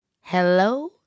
Hello